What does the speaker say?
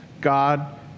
God